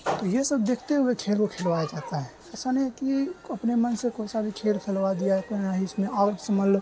تو یہ سب دیکھتے ہوئے کھیل کو کھلوایا جاتا ہے ایسا نہیں ہے کہ اپنے من سے کون سا بھی کھیل کھلوا دیا ہے کہ نہ ہی اس میں اور سمجھ لو